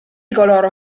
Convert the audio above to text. coloro